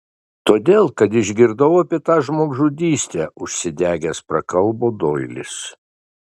todėl kad išgirdau apie tą žmogžudystę užsidegęs prakalbo doilis